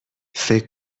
فکر